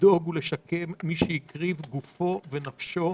לדאוג ולשקם את מי שהקריב את גופו ואת נפשו